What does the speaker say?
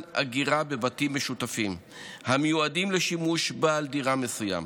אגירה בבתים משותפים המיועדים לשימוש בעל דירה מסוים,